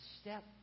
step